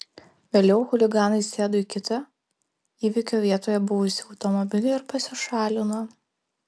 vėliau chuliganai sėdo į kitą įvykio vietoje buvusį automobilį ir pasišalino